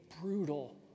brutal